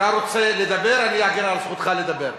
אתה רוצה לדבר, אני אגן על זכותך לדבר.